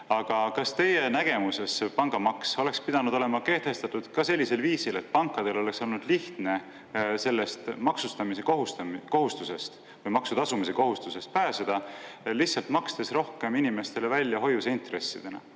Aga kas teie nägemuses oleks pangamaks pidanud olema kehtestatud ka sellisel viisil, et pankadel oleks olnud lihtne sellest maksustamise kohustusest või maksu tasumise kohustusest pääseda, lihtsalt makstes rohkem inimestele välja hoiuseintressidena?